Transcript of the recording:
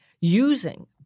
using